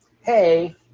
hey